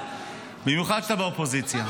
במיוחד כשאתה באופוזיציה.